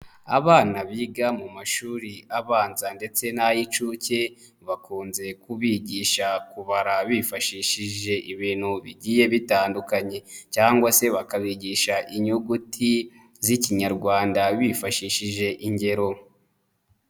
Abana biga mu mashuri abanza ndetse n'ay'inshuke, bakunze kubigisha kubara bifashishije ibintu bigiye bitandukanye cyangwa se bakabigisha inyuguti z'ikinyarwanda bifashishije ingero.